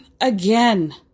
again